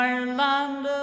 Ireland